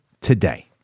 today